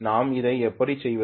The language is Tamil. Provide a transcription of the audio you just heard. நாம் அதை எப்படி செய்வது